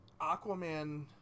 aquaman